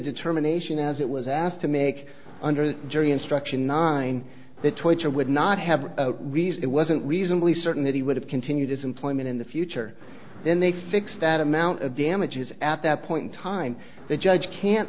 determination as it was asked to make under the jury instruction nine twitter would not have a reason it wasn't reasonably certain that he would have continued his employment in the future then they fixed that amount of damages at that point in time the judge can't